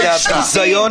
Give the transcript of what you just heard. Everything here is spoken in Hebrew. רוויזיה